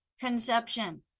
Conception